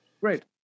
Great